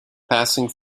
passing